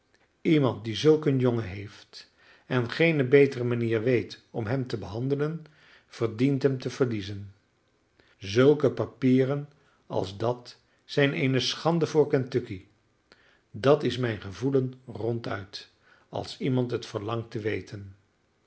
iemand die zulk een jongen heeft en geene betere manier weet om hem te behandelen verdient hem te verliezen zulke papieren als dat zijn eene schande voor kentucky dat is mijn gevoelen ronduit als iemand het verlangt te weten